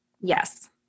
Yes